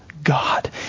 God